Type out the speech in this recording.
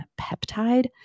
peptide